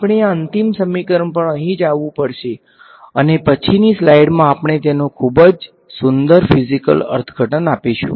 આપણે આ અંતિમ સમીકરણ પર અહીં જ આવવું પડશે અને પછીની સ્લાઈડ્સમાં આપણે તેનું ખૂબ જ સુંદર ફીઝીકલ અર્થઘટન આપીશું